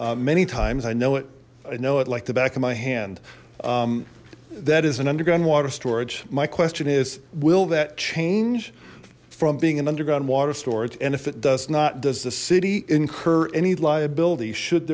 area many times i know it i know it like the back of my hand that is an underground water storage my question is will that change from being an underground water storage and if it does not does the city incur any liability should